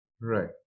Right